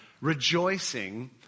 rejoicing